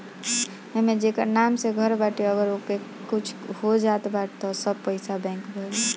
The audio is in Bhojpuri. एमे जेकर नाम से घर बाटे अगर ओके कुछ हो जात बा त सब पईसा बैंक भरी